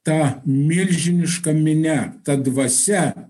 ta milžiniška minia ta dvasia